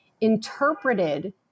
interpreted